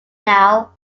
now